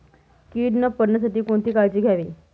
कीड न पडण्यासाठी कोणती काळजी घ्यावी?